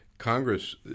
Congress